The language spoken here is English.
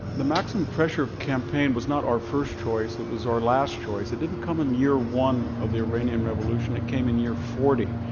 the maximum pressure campaign was not our first choice. it was our last choice. it didn't come in year one of the iranian revolution. it came in year forty.